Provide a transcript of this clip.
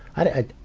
i had,